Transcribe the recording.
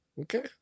Okay